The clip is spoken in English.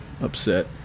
upset